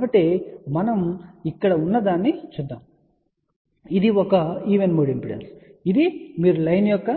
కాబట్టి మనకు ఇక్కడ ఉన్నదాన్ని చూద్దాం కాబట్టి ఇది ఒక ఈవెన్ మోడ్ ఇంపెడెన్స్ ఇది మీరు లైన్ యొక్క